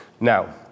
Now